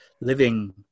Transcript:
living